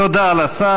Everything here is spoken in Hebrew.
תודה לשר.